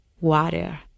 Water